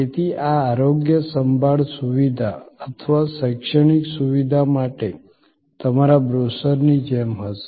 તેથી આ આરોગ્ય સંભાળ સુવિધા અથવા શૈક્ષણિક સુવિધા માટે તમારા બ્રોશરની જેમ હશે